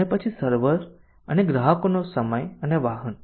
અને પછી સર્વર અને ગ્રાહકોનો સમય અને વાહન